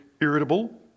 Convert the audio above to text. irritable